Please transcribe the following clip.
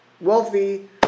wealthy